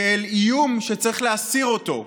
כאל איום שצריך להסיר אותו,